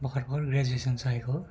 भर्खर भर्खर ग्राजुएसन सकेको हो